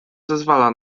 zezwala